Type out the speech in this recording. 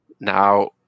now